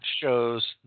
shows